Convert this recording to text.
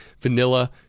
vanilla